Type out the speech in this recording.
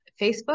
Facebook